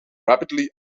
rapidly